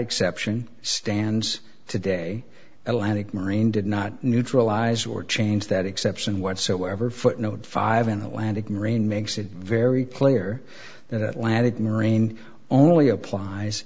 exception stands today elastic marine did not neutralize or change that exception whatsoever footnote five in the atlantic marine makes it very clear that it landed marine only applies